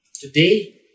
today